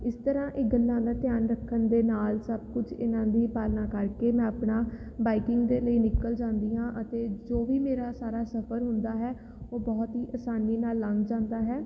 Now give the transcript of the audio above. ਇਸ ਤਰ੍ਹਾਂ ਇਹ ਗੱਲਾਂ ਦਾ ਧਿਆਨ ਰੱਖਣ ਦੇ ਨਾਲ ਸਭ ਕੁਛ ਇਹਨਾਂ ਦੀ ਪਾਲਣਾ ਕਰਕੇ ਮੈਂ ਆਪਣਾ ਬਾਈਕਿੰਗ ਦੇ ਲਈ ਨਿਕਲ ਜਾਂਦੀ ਹਾਂ ਅਤੇ ਜੋ ਵੀ ਮੇਰਾ ਸਾਰਾ ਸਫਰ ਹੁੰਦਾ ਹੈ ਉਹ ਬਹੁਤ ਹੀ ਆਸਾਨੀ ਨਾਲ ਲੰਘ ਜਾਂਦਾ ਹੈ